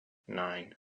nein